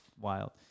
wild